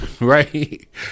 Right